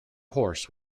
horse